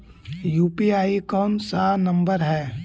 UPI कोन सा number हैं?